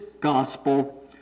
gospel